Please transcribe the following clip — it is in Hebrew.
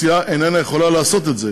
הסיעה איננה יכולה לעשות את זה.